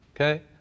okay